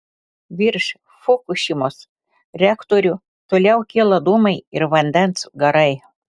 virš fukušimos reaktorių toliau kyla dūmai ir vandens garai